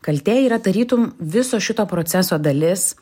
kaltė yra tarytum viso šito proceso dalis